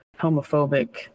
homophobic